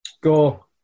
go